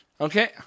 Okay